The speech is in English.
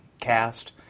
cast